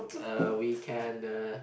err we can uh